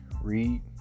read